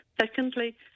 Secondly